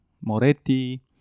Moretti